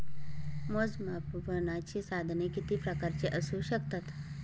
मोजमापनाची साधने किती प्रकारची असू शकतात?